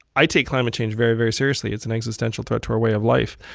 i take climate change very, very seriously. it's an existential threat to our way of life.